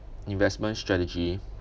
investment strategy